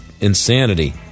insanity